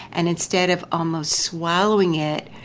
and instead of almost swallowing it,